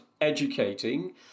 educating